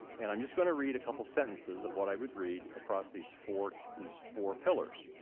and i'm just going to read a couple sentences of what i would read across these four these four pillars.